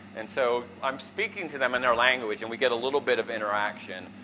and so i'm speaking to them in their language and we get a little bit of interaction,